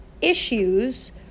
issues